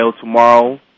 tomorrow